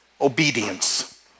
obedience